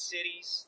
Cities